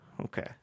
Okay